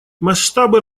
масштабы